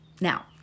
Now